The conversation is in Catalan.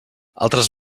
altres